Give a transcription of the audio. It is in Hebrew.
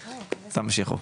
תמשיכו.